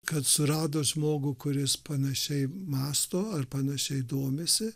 kad surado žmogų kuris panašiai mąsto ar panašiai domisi